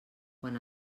quan